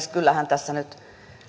kyllähän tässä nyt